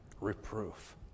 reproof